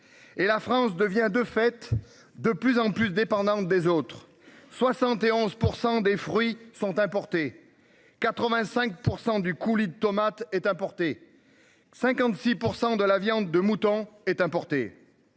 Et la France devient de fait de plus en plus dépendante des autres. 60 et 11% des fruits sont importées 85% du coulis de tomate est importé 56% de la viande de mouton est importé.